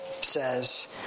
says